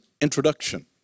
introduction